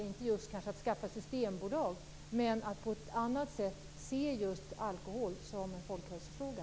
Då menar jag kanske inte just att de skall skaffa systembolag, men kan man på ett annat sätt än i dag få dem att se alkohol som en folkhälsofråga?